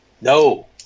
No